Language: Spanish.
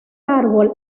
árbol